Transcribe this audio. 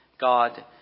God